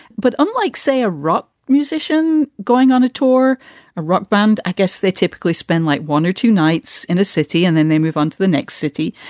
but unlike, say, a rock musician going on a tour or a rock band. i guess they typically spend like one or two nights in a city and then they move on to the next city.